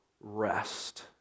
rest